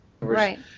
Right